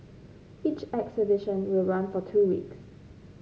each exhibition will run for two weeks